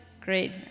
Great